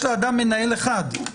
יש לאדם מנהל אחד, מי?